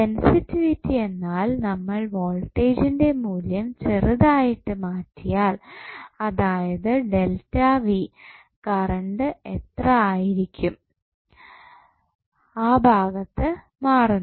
sensitivity എന്നാൽ നമ്മൾ വോൾട്ടേജിന്റെ മൂല്യം ചെറുതായിട്ട് മാറ്റിയാൽ അതായത് കറണ്ട് എത്ര ആയിരിക്കും ആ ഭാഗത്ത് മാറുന്നത്